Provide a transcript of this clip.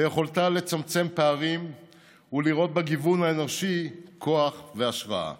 ביכולתה לצמצם פערים ולראות בגיוון האנושי כוח והשראה.